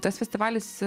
tas festivalis